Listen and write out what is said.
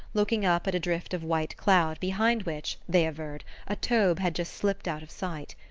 looking up at a drift of white cloud behind which they averred a taube had just slipped out of sight.